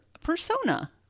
persona